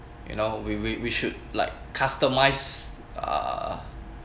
you know we we we should like customize uh